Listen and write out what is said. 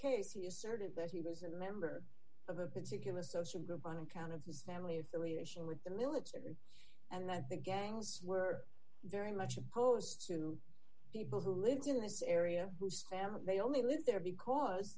case he asserted that he was a member of a particular social group on account of his family if their relation with the military and that the gangs were very much opposed to people who lived in this area whose family they only lived there because